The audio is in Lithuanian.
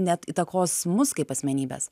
net įtakos mus kaip asmenybes